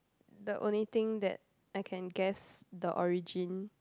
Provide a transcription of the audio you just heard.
the only thing that I can guess the origin